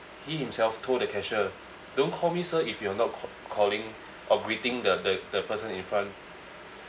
he himself told the cashier don't call me sir if you are not ca~ calling or greeting the the the person in front